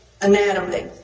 anatomy